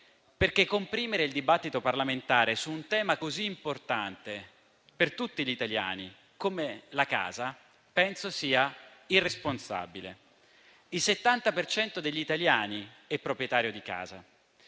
perché comprimere il dibattito parlamentare su un tema così importante per tutti gli italiani come la casa penso sia irresponsabile. Il 70 per cento degli italiani è proprietario di casa.